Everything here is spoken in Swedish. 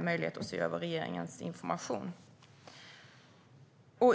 möjlighet att se över regeringens information.